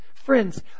Friends